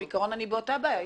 בעיקרון אני באותה בעיה.